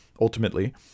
ultimately